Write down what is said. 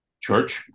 church